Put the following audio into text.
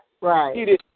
Right